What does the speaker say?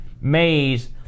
maze